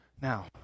Now